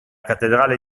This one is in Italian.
cattedrale